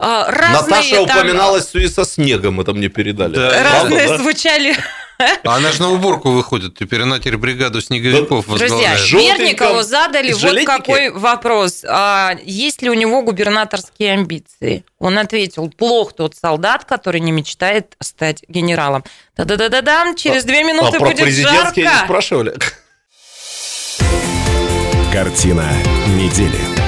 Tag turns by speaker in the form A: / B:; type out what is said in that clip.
A: А, разные
B: Наташа
A: там-
B: упоминалась в связи со снегом, это мне передали.
A: э,
B: Правда,
A: разные
B: да?
A: звучали.
C: А она ж на уборку выходит, теперь она теперь бригаду снеговиков
B: Ну,
A: Друзья,
B: с
C: возглавляет.
B: жёлтеньком.
A: Мерникову задали
B: Из
A: вот
B: жилетики?
A: какой вопрос. А, есть ли у него губернаторские амбиции? Он ответил, «Плох тот солдат, который не мечтает стать генералом». Та-да-да-да-дам, через
B: А-
A: две
B: а
A: минуты
B: про
A: будет
B: президентские не
A: жарко.
B: спрашивали?
D: Картина недели.